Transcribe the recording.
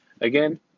Again